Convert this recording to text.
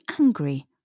angry